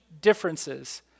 differences